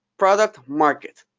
product, market.